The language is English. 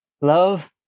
love